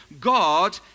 God